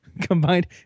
combined